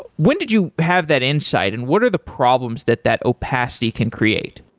when did you have that insight and what are the problems that that opacity can create?